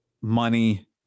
money